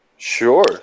Sure